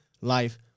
life